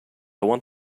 want